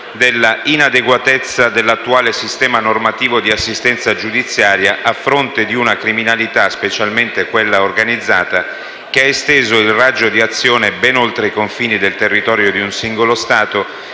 della inadeguatezza dell'attuale sistema normativo di assistenza giudiziaria, a fronte di una criminalità, specialmente quella organizzata, che ha esteso il proprio raggio di azione ben oltre i confini del territorio di un singolo Stato